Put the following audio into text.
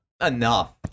enough